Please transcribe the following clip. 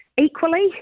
Equally